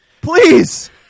Please